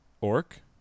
orc